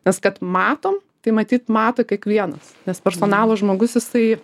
nes kad matom tai matyt mato kiekvienas nes personalo žmogus jisai